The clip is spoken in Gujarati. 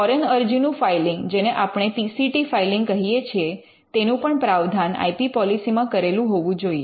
ફોરેન અરજીનું ફાઇલિંગ જેને આપણે પી સી ટી ફાઇલિંગ કહીએ છીએ તેનું પણ પ્રાવધાન આઇ પી પૉલીસી માં કરેલું હોવું જોઈએ